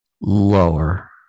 Lower